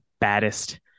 baddest